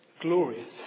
glorious